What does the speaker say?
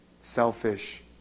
selfish